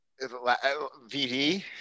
VD